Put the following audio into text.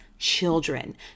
children